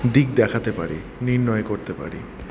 দিক দেখাতে পারি নির্ণয় করতে পারি